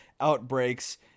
outbreaks